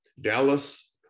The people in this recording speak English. Dallas